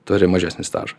turi mažesnį stažą